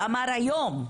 ואמר היום.